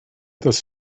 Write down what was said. das